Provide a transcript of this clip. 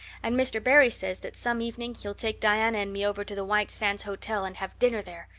and mr. barry says that some evening he'll take diana and me over to the white sands hotel and have dinner there.